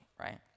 right